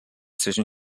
zwischen